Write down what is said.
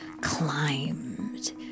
climbed